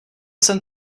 jsem